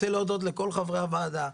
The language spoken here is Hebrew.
רוצה להודות לכל חברי הוועדה,